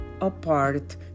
apart